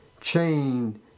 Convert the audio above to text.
chained